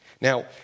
Now